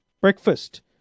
Breakfast